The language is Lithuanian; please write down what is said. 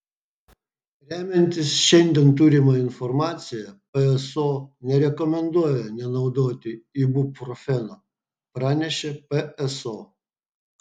remiantis šiandien turima informacija pso nerekomenduoja nenaudoti ibuprofeno pranešė pso